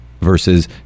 versus